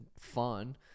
fun